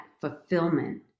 fulfillment